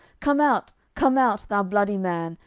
come out, come out, thou bloody man,